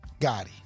Gotti